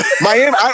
Miami